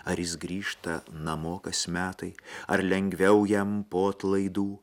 ar jis grįžta namo kas metai ar lengviau jam po atlaidų